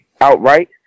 outright